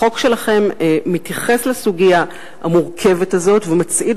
החוק שלכם מתייחס לסוגיה המורכבת הזאת ומצעיד